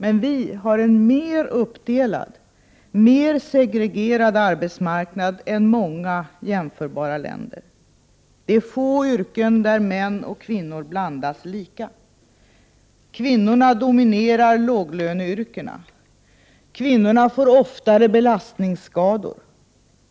Men vi har en mer uppdelad, mer segregerad, arbetsmarknad än många jämförbara länder. Det är få yrken där män och kvinnor blandas lika. Kvinnorna dominerar låglöneyrkena. Kvinnorna får oftare belastningsskador.